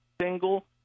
single